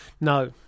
No